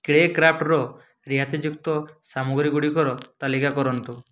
କ୍ରେକ୍ରାଫ୍ଟ୍ର ରିହାତିଯୁକ୍ତ ସାମଗ୍ରୀଗୁଡ଼ିକର ତାଲିକା କରନ୍ତୁ